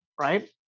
Right